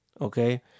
okay